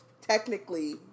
technically